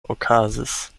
okazis